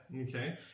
Okay